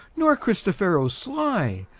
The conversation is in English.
nor christophero sly.